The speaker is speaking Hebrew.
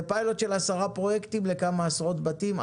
זה פיילוט של עשרה פרויקטים לכמה עשרות בתים,